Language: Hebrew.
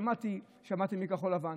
שמעתי מכחול לבן,